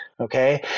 Okay